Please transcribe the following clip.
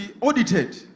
audited